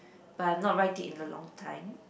but not write it in a long time